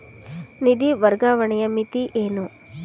ನಿಧಿ ವರ್ಗಾವಣೆಯ ಮಿತಿ ಏನು?